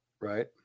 right